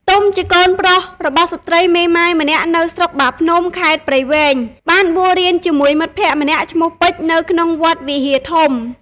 ទុំជាកូនប្រុសរបស់ស្រ្តីមេម៉ាយម្នាក់នៅស្រុកបាភ្នំ ខេត្តព្រៃវែង បានបួសរៀនជាមួយមិត្តភក្តិម្នាក់ឈ្មោះ ពេជ្រនៅក្នុងវត្តវិហារធំ។